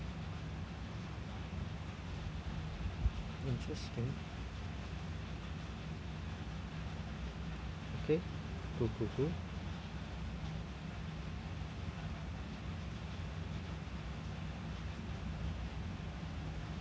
interesting okay cool cool cool